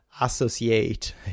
associate